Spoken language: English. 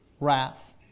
wrath